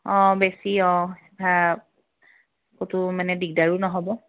অঁ বেছি অঁ ভা ক'তো মানে দিগদাৰো নহ'ব